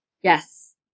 Yes